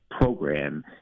program